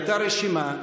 הייתה רשימה.